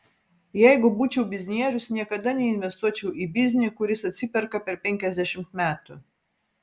jeigu būčiau biznierius niekada neinvestuočiau į biznį kuris atsiperka per penkiasdešimt metų